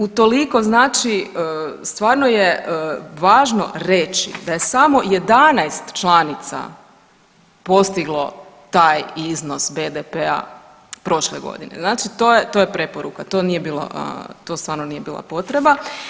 Utoliko znači stvarno je važno reći da je samo 11 članica postiglo taj iznos BDP-a prošle godine, znači to je, to je preporuka, to nije bilo, to stvarno nije bila potreba.